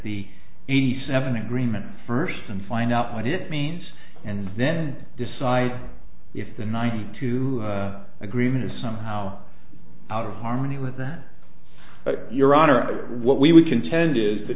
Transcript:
the eighty seven agreement first and find out what it means and then decide if the ninety two agreement is somehow out of harmony with that your honor what we would contend is that